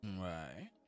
Right